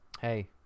hey